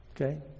Okay